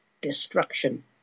destruction